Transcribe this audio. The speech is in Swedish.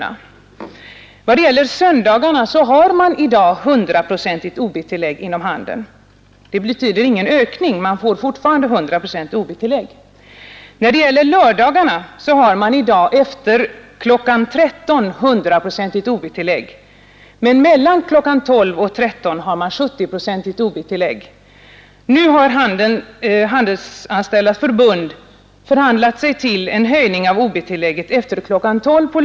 I vad gäller söndagarna har man i dag 100 procents ob-tillägg inom handeln. Det blir ingen ökning, utan det kommer fortfarande att utgå 100 procents ob-tillägg. När det gäller lördagarna har man för närvarande efter kl. 13.00 100 procents ob-tillägg. Mellan kl. 12.00 och kl. 13.00 utgår 70 procents ob-tillägg. Nu har Handelsanställdas förbund förhandlat sig till en höjning av ob-tillägget på lördagarna till 100 procent mellan kl.